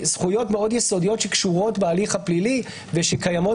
זכויות יסודיות שקשורות בהליך הפלילי ושקיימות